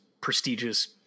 prestigious